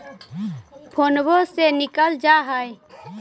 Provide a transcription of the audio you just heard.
फोनवो से निकल जा है?